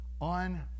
on